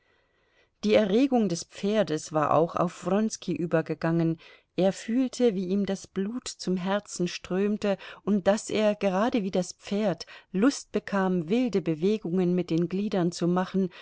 die erregung des pferdes war auch auf wronski übergegangen er fühlte wie ihm das blut zum herzen strömte und daß er gerade wie das pferd lust bekam wilde bewegungen mit den gliedern zu machen